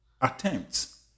attempts